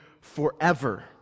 forever